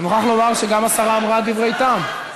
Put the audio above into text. אני מוכרח לומר שגם השרה אמרה דברי טעם.